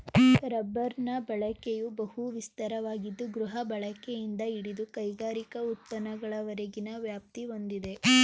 ರಬ್ಬರ್ನ ಬಳಕೆಯು ಬಹು ವಿಸ್ತಾರವಾಗಿದ್ದು ಗೃಹಬಳಕೆಯಿಂದ ಹಿಡಿದು ಕೈಗಾರಿಕಾ ಉತ್ಪನ್ನಗಳವರೆಗಿನ ವ್ಯಾಪ್ತಿ ಹೊಂದಿದೆ